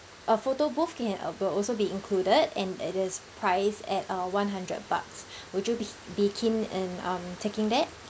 a photo booth can uh b~ also be included and it is priced at uh one hundred bucks would you be be keen in um taking that